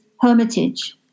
hermitage